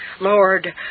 Lord